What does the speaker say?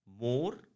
more